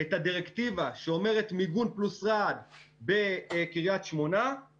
את הדירקטיבה שאומרת: מיגון פלוס רע"ד בקריית שמונה;